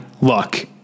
luck